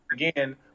again